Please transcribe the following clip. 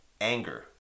anger